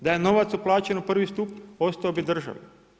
Da je novac uplaćen u prvi stup ostao bi državi.